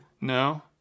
No